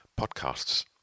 podcasts